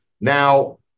Now